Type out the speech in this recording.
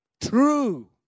True